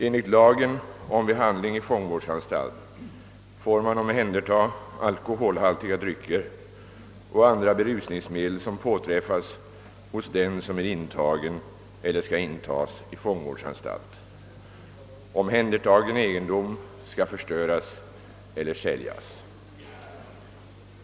Enligt lagen om behandling i fångvårdsanstalt får man omhänderta alkoholhaltiga drycker och andra berusningsmedel som påträffas hos den som är intagen eller skall intas i fångvårds anstalt. Omhändertagen egendom skall förstöras eller säljas.